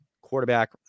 quarterback